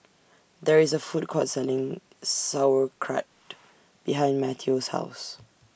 There IS A Food Court Selling Sauerkraut behind Matteo's House